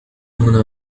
هنا